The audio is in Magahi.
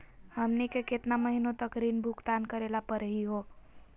हमनी के केतना महीनों तक ऋण भुगतान करेला परही हो?